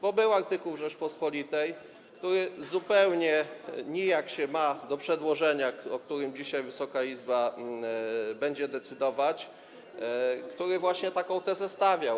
Bo był artykuł w „Rzeczpospolitej”, który nijak się ma do przedłożenia, o którym dzisiaj Wysoka Izba będzie decydować, który właśnie taką tezę stawiał.